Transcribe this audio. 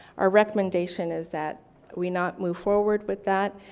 our recommendation is that we not move forward with that